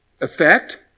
effect